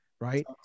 right